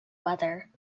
weather